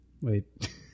Wait